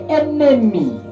enemy